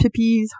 pippies